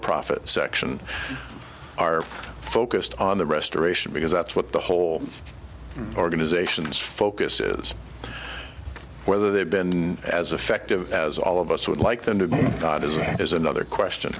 profit section are focused on the restoration because that's what the whole organization's focus is whether they've been as effective as all of us would like them to god is that is another question